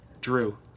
Drew